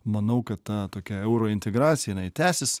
manau kad ta tokia eurointegracija jinai tęsis